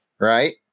right